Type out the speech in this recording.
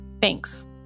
Thanks